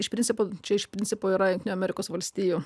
iš principo čia iš principo yra amerikos valstijų